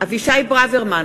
אבישי ברוורמן,